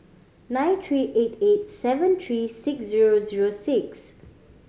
nine three eight eight seven three six zero zero six